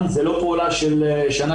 ושמנו את ההצעה שלנו,